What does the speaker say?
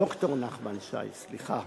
ד"ר נחמן שי, סליחה,